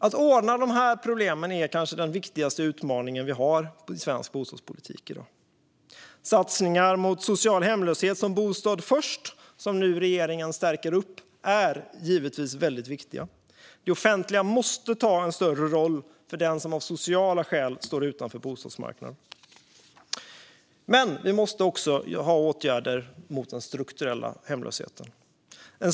Att lösa dessa problem är kanske vår viktigaste utmaning i svensk bostadspolitik. Satsningar mot social hemlöshet som Bostad först, som regeringen nu stärker upp, är givetvis viktiga. Det offentliga måste ta en större roll för den som av sociala skäl står utanför bostadsmarknaden. Men det krävs också åtgärder mot den strukturella hemlösheten.